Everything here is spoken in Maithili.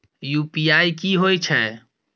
यु.पी.आई की होय छै?